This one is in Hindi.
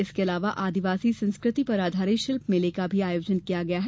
इसके अलावा आदिवासी संस्कृति पर आधारित शिल्प मेले का भी आयोजन किया गया है